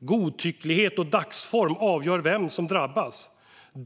Godtycklighet och dagsform avgör vem som drabbas.